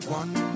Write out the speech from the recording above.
one